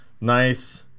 nice